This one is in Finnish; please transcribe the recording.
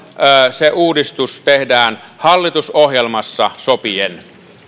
se uudistus tehdään hallitusohjelmassa sopien